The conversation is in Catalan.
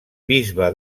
bisbe